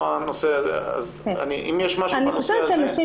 אני חושבת שנשים